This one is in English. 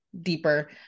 deeper